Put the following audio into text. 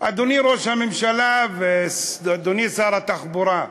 אדוני ראש הממשלה ואדוני שר התחבורה,